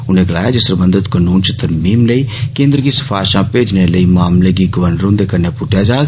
उने गलाया जे सरबंधत कनून च तरमीम लेई केन्द्र गी सफारषां भेजने लेई मामले गी गवर्नर हुंदे कन्नै पुट्टेआ जाग